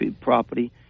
property